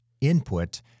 input